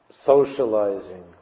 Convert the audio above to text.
socializing